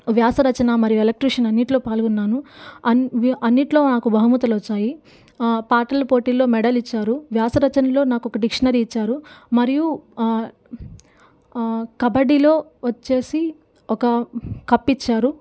వ్యాస రచన మరియు ఎలక్యూషన్ అన్నింటిలో పాల్గొన్నాను అన్ అన్నింటిలో నాకు బహుమతులు వచ్చాయి పాటల పోటీల్లో మెడల్ ఇచ్చారు వ్యాస రచనల్లో నాకు ఒక డిక్షనరీ ఇచ్చారు మరియు కబడ్డీలో వచ్చి ఒక కప్ ఇచ్చారు